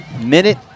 Minute